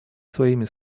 своими